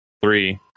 three